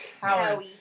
Howard